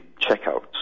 checkouts